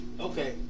Okay